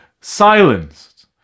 silenced